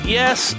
yes